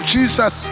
Jesus